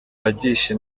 agisha